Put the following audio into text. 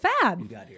fab